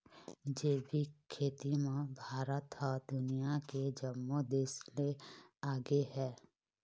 जैविक खेती म भारत ह दुनिया के जम्मो देस ले आगे हे